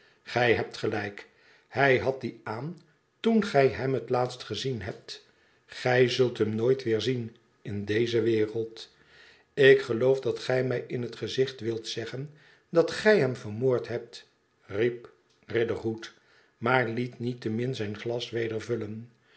gij hebt gelijk hij had die aan toen gij hem het laatst gezien hebt gij zult hem nooit weer zien in deze wereld ik geloof dat gij mij in het gezicht wilt zeggen dat gij hem vermoord hebt riep riderhood maar liet niettemin zijn glas weder vullen